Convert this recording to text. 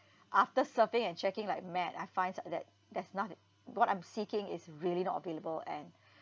after surfing and checking like mad I finds uh that there's nothing what I'm seeking is really not available and